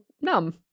Numb